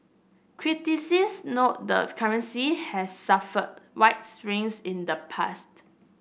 critics note the currency has suffered wild swings in the past